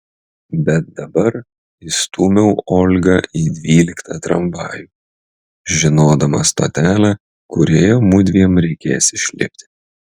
bet dabar įstūmiau olgą į dvyliktą tramvajų žinodama stotelę kurioje mudviem reikės išlipti